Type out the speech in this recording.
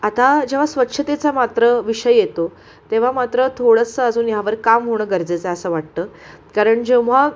आता जेव्हा स्वच्छतेचा मात्र विषय येतो तेव्हा मात्र थोडंसं अजून ह्यावर काम होणं गरजेचं आहे असं वाटतं कारण जेव्हा